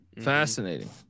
fascinating